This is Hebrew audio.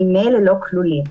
הם ממילא לא כלולים.